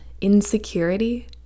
insecurity